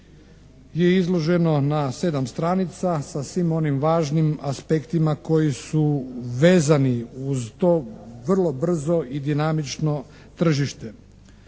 je izloženo na 7 stranica, sa svim onim važnim aspektima koji su vezani uz to vrlo brzo i dinamično tržište.